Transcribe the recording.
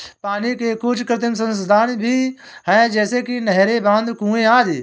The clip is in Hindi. पानी के कुछ कृत्रिम संसाधन भी हैं जैसे कि नहरें, बांध, कुएं आदि